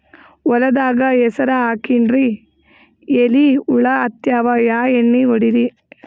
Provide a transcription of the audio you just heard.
ಹೊಲದಾಗ ಹೆಸರ ಹಾಕಿನ್ರಿ, ಎಲಿ ಹುಳ ಹತ್ಯಾವ, ಯಾ ಎಣ್ಣೀ ಹೊಡಿಲಿ?